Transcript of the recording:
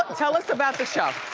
tell us about the show.